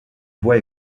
bois